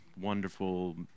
wonderful